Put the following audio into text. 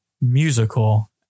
musical